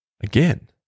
Again